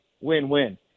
Win-win